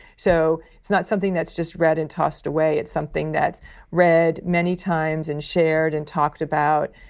so it's not something that's just read and tossed away it's something that's read many times and shared and talked about.